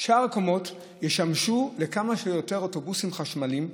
שאר הקומות ישמשו לכמה שיותר אוטובוסים חשמליים,